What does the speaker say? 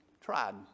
tried